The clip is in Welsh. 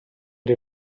ydy